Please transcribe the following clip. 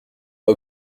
pas